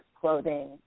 clothing